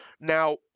Now